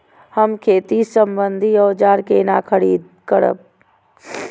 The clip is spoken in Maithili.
हम खेती सम्बन्धी औजार केना खरीद करब?